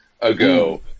ago